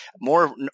more